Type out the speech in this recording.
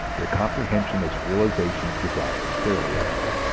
their comprehension as a realization of desire is fairly evident.